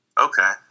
Okay